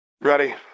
Ready